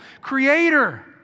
creator